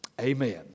amen